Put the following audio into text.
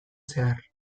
zehar